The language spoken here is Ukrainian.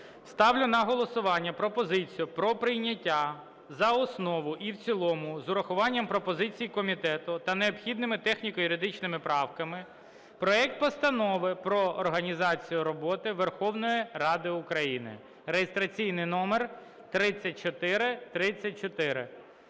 Ставлю на голосування пропозицію про прийняття за основу і в цілому з урахуванням пропозицій комітету та необхідними техніко-юридичними правками проекту Постанови про організацію роботи Верховної Ради України (реєстраційний номер 3434).